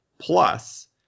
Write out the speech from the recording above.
Plus